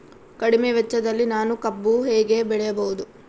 ಕಡಿಮೆ ವೆಚ್ಚದಲ್ಲಿ ನಾನು ಕಬ್ಬು ಹೇಗೆ ಬೆಳೆಯಬಹುದು?